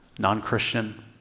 non-Christian